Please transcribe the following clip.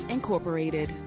Incorporated